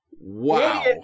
Wow